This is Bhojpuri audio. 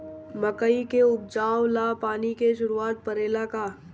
मकई के उपजाव ला पानी के जरूरत परेला का?